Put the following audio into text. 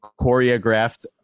choreographed